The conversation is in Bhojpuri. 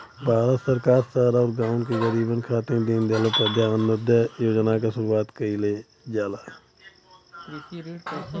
भारत सरकार शहर आउर गाँव के गरीबन खातिर दीनदयाल उपाध्याय अंत्योदय योजना क शुरूआत कइलस